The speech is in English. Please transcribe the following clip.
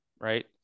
right